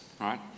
right